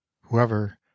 whoever